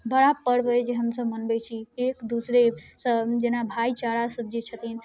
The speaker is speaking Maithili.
बड़ा पर्व अइ जे हमसब मनबै छी एक दोसरासँ जेना भाइचारासब जे छथिन